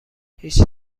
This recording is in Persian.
هیچ